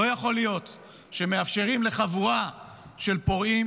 לא יכול להיות שמאפשרים לחבורה של פורעים